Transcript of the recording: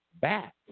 back